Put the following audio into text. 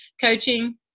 Coaching